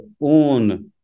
own